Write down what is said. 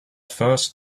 first